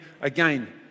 Again